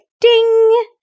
ding